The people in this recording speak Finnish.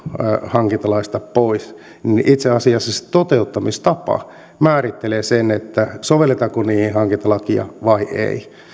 hankintalaista pois niin itse asiassa toteuttamistapa määrittelee sen sovelletaanko niihin hankintalakia vai ei